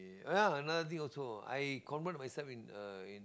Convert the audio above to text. ya another thing also I convert myself in uh in